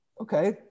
Okay